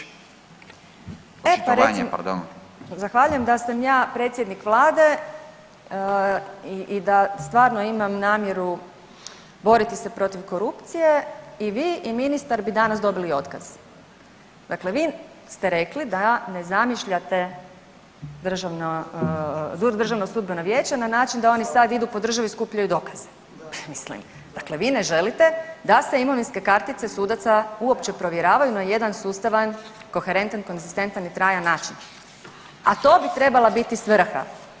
E pa recimo, zahvaljujem, da sam ja predsjednik vlade i da stvarno imam namjeru boriti se protiv korupcije i vi i ministar bi danas dobili otkaz, dakle vi ste rekli da ne zamišljate DSV na način da oni sad idu po državi i skupljaju dokaze, pa ja mislim, dakle vi ne želite da se imovinske kartice sudaca uopće provjeravaju na jedan sustavan, koherentan, konzistentan i trajan način, a to bi trebala biti svrha.